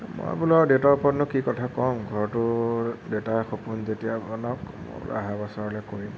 মই বোলো আৰু দেউতাৰ ওপৰতনো কি কথা ক'ম ঘৰটো দেউতাৰ সপোন যেতিয়া বনাওঁক মই বোলো অহা বছৰলৈ কৰিম আৰু